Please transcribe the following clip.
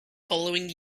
following